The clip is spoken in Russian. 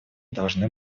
должны